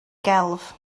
gelf